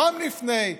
יום לפני,